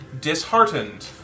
disheartened